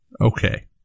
Okay